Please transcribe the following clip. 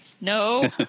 No